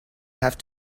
have